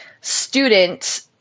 student